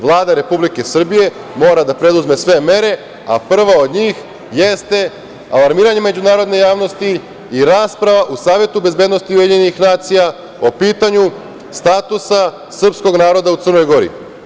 Vlada Republike Srbije mora da preduzme sve mere a prva od njih jeste alarmiranje međunarodne javnosti i rasprava u Savetu bezbednosti UN o pitanju statusa srpskog naroda u Crnoj Gori.